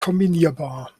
kombinierbar